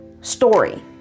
story